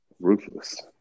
ruthless